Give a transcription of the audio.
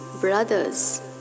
brothers